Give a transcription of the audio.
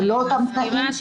זה לא אותם תנאים,